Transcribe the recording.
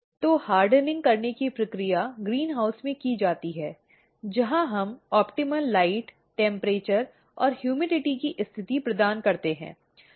तो हार्ड्निंग करने की प्रक्रिया ग्रीनहाउस में की जाती है जहां हम ऑप्टमल प्रकाश तापमान और ह्यूमिडटी की स्थिति प्रदान करते हैं